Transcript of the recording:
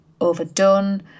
overdone